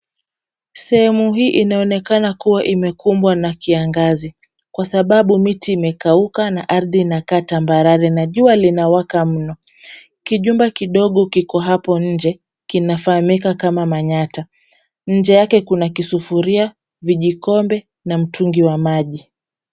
Sehemu hii inaonekana kuwa imekumbwa na kiangazi kwa sababu miti imekauka na ardhi inakaa tambarare na jua linawaka mno. Kijumba kidogo kiko hapo nje, kinafahamika kama manyatta. Nje yake kuna kisufuria, vijikombe na mtungi wa maji.